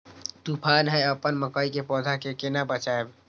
तुफान है अपन मकई के पौधा के केना बचायब?